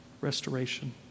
restoration